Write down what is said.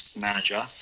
manager